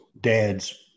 dads